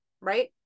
Right